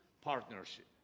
partnership